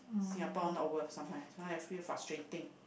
Singapore not worth sometimes sometimes I feel frustrating